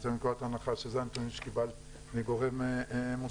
אני יוצא מנקודת הנחה שאלה נתונים שקיבלת מגורם מוסמך,